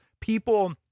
people